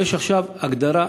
יש עכשיו הגדרה,